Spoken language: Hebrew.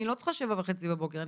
אני לא צריכה 7:30 בבוקר,